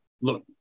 look